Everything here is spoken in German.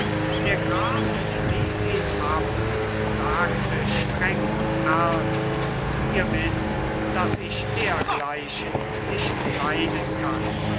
der graf wies ihn ab und sagte streng und ernst ihr wißt daß ich dergleichen nicht leiden kann